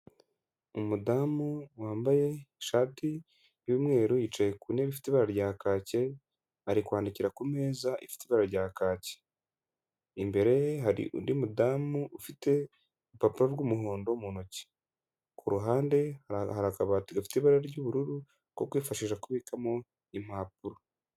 Umudamu wambaye ishati y'umweru yicaye ku ntebe ifite ibara rya kake, ari kwandikira ku meza ifite ibara rya kaki. Imbere ye hari undi mudamu ufite urupapuro rw'umuhondo mu ntoki. Ku ruhande hari akabati gafite ibara ry'ubururu ko kwifashisha kubikamo impapuro.